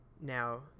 Now